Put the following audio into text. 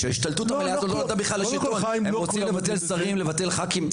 הם רוצים לבטל שרים, לבטל ח"כים.